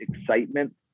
excitement